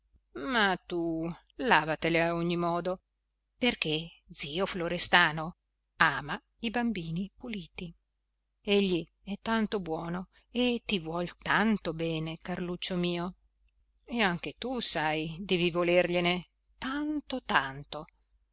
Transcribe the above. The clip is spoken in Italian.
ma tu lavatele a ogni modo perché zio florestano ama i bambini puliti egli è tanto buono e ti vuol tanto bene carluccio mio e anche tu sai devi volergliene tanto tanto